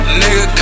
nigga